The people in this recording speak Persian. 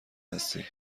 هستی